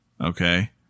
okay